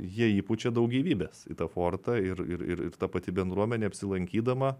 jie įpučia daug gyvybės į tą fortą ir ir ir ir ta pati bendruomenė apsilankydama